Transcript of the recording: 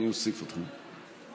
אני אוסיף אתכם.